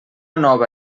nova